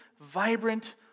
vibrant